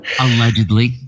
Allegedly